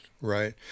right